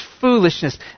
foolishness